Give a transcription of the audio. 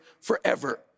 forever